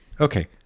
okay